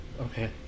Okay